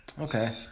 Okay